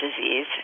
disease